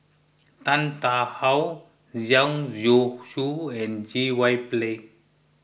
Tan Tarn How Zhang Youshuo and J Y Pillay